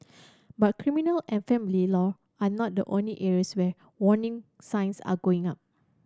but criminal and family law are not the only areas where warning signs are going up